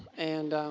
and,